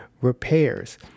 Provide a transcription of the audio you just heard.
repairs